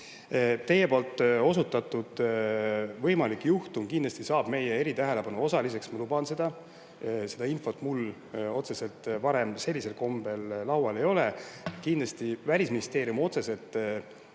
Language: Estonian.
Teie osutatud võimalik juhtum kindlasti saab meie eritähelepanu osaliseks, ma luban seda. Seda infot mul otseselt sellisel kombel laual seni polnud. Välisministeerium otseselt